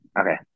Okay